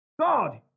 God